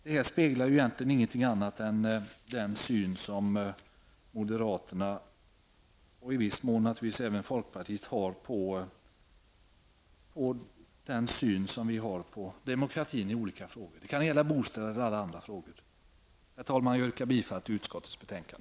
Det speglar inte något annat än den syn som moderaterna, och viss mån även folkpartiet, har på demokratin i olika frågor. Det kan gälla bostäder eller andra frågor. Herr talman! Jag yrkar bifall till utskottets hemställan.